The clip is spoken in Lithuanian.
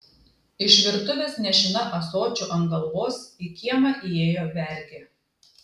iš virtuvės nešina ąsočiu ant galvos į kiemą įėjo vergė